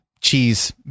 cheese